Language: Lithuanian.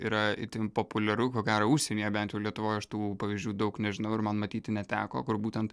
yra itin populiaru ko gero užsienyje bent jau lietuvoj aš tų pavyzdžių daug nežinau ir man matyti neteko kur būtent